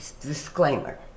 disclaimer